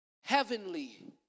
heavenly